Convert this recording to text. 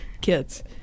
kids